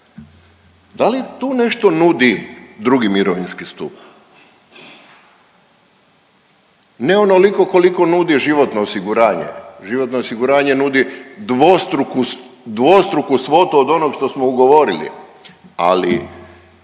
Da li tu nešto nudi drugi mirovinski stup? Ne onoliko koliko nudi životno osiguranje. Životno osiguranje nudi dvostruku svotu od onoga što smo ugovorili, ali